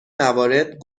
موارد